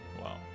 wow